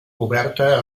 coberta